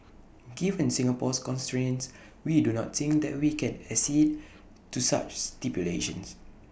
given Singapore's constraints we do not think that we can accede to such stipulations